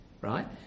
Right